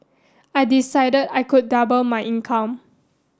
I decide I could double my income